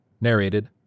Narrated